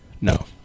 No